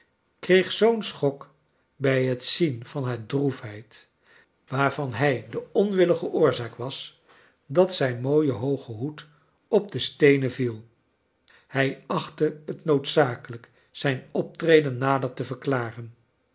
kreeg zoo'n schok bij het zien van haar droefheid waarvan hij de onwillige oorzaak was dat zijn mooie hooge hoed op de steenen viel hij achite het noodzakelijk zijn optreden nader te verklaren